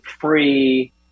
free